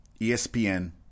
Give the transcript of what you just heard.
ESPN